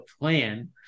plan